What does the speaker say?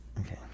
Okay